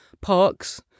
parks